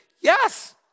Yes